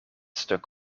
stuk